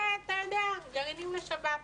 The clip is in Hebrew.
זה גרעינים לשבת.